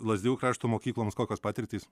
lazdijų krašto mokykloms kokios patirtys